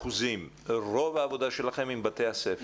באחוזים, רוב העבודה שלכם היא עם בתי הספר,